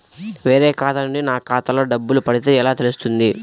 వేరే ఖాతా నుండి నా ఖాతాలో డబ్బులు పడితే ఎలా తెలుస్తుంది?